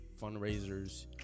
fundraisers